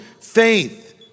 faith